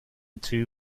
two